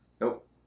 Nope